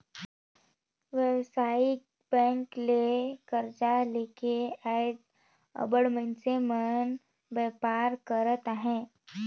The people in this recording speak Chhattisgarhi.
बेवसायिक बेंक ले करजा लेके आएज अब्बड़ मइनसे अपन बयपार करत अहें